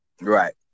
Right